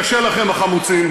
קשה לכם החמוצים,